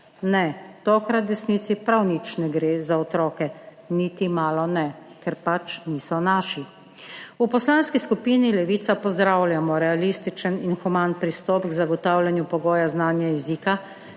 Ne, tokrat desnici prav nič ne gre za otroke, niti malo ne, ker pač niso naši. V Poslanski skupini Levica pozdravljamo realističen in human pristop k zagotavljanju pogoja znanja jezika,